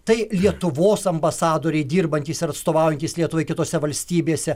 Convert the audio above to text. tai lietuvos ambasadoriai dirbantys ar atstovaujantys lietuvai kitose valstybėse